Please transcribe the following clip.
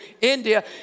India